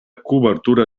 cobertura